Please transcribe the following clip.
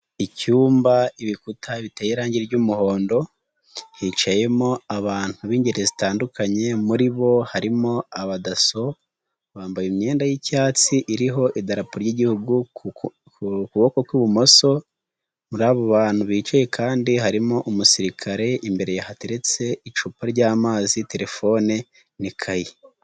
Icyumba ibikuta biteye irangi ry'umuhondo, hicayemo abantu b'ingeri zitandukanye, muri bo harimo abadaso, bambaye imyenda y'icyatsi, iriho idarapo ry'igihugu, ku kuboko kw'ibumoso, muri abo bantu bicaye kandi harimo umusirikare imbere ye hateretse icupa ry'amazi, telefone, n'ikayi.